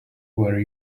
were